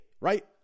right